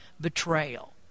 betrayal